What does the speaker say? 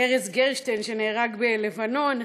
ארז גרשטיין, שנהרג בלבנון,